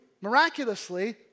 miraculously